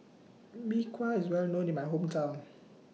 Mee Kuah IS Well known in My Hometown